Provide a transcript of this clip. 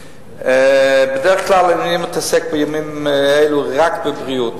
בדרך כלל אני מתעסק בימים אלה רק בבריאות.